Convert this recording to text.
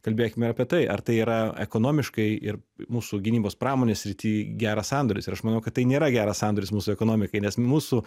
kalbėkime apie tai ar tai yra ekonomiškai ir mūsų gynybos pramonės srity geras sandoris ir aš manau kad tai nėra geras sandoris mūsų ekonomikai nes mūsų